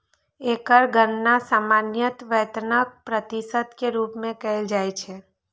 एकर गणना सामान्यतः वेतनक प्रतिशत के रूप मे कैल जाइ छै